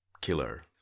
killer